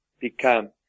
become